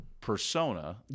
persona